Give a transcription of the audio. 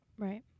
Right